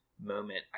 moment